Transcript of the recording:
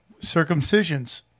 circumcisions